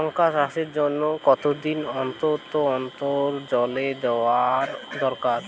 লঙ্কা চাষের জন্যে কতদিন অন্তর অন্তর জল দেওয়া দরকার?